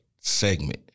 segment